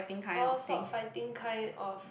oh sword fighting kind of